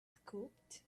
scooped